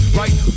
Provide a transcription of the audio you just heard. right